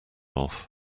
off